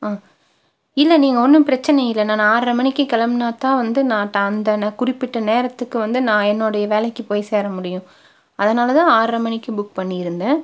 ஆ இல்லை நீங்கள் ஒன்றும் பிரச்சின இல்லை நான் ஆற்ரை மணிக்கு கிளம்புனா தான் வந்து நான் டா அந்த நான் குறிப்பிட்ட நேரத்துக்கு வந்து நான் என்னுடைய வேலைக்கு போய் சேர முடியும் அதனால் தான் ஆற்ரை மணிக்கு புக் பண்ணி இருந்தேன்